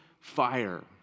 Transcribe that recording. fire